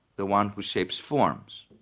the one who shapes forms.